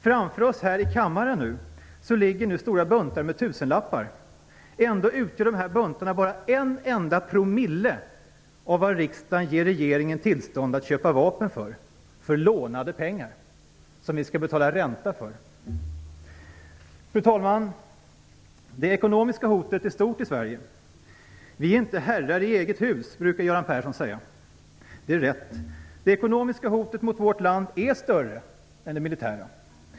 Framför oss här i kammaren ligger nu stora buntar med "tusenlappar". Ändå utgör de här buntarna bara en enda promille av det riksdagen ger regeringen tillstånd att köpa vapen för - för lånade pengar, som vi skall betala ränta på. Herr talman! Det ekonomiska hotet är stort i Sverige. Vi är inte herrar i eget hus, brukar Göran Persson säga. Det är rätt. Det ekonomiska hotet mot vårt land är större än det militära.